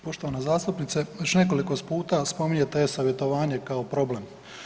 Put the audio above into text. Poštovana zastupnice već nekoliko puta spominjete e-savjetovanje kao problem.